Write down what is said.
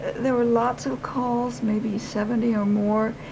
there were lots of calls, maybe seventy or more,